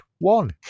one